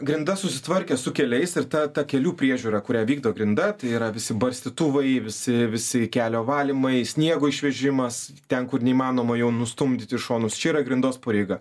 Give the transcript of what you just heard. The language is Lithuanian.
grinda susitvarkė su keliais ir ta ta kelių priežiūra kurią vykdo grinda yra visi barstytuvai visi visi kelio valymai sniego išvežimas ten kur neįmanoma jau nustumdyt šonus čia yra grindos pareiga